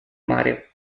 mare